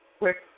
Quick